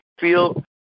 feel